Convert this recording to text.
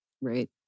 right